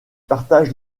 partagent